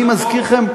אני מזכיר לכם,